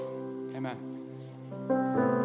Amen